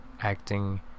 acting